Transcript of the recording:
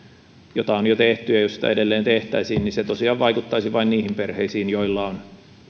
jota on jo tehty edelleen tehtäisiin niin se tosiaan vaikuttaisi vain niihin perheisiin joilla on